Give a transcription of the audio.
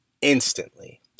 instantly